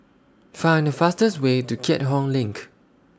Find The fastest Way to Keat Hong LINK